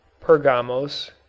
Pergamos